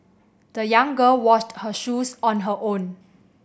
the young girl washed her shoes on her own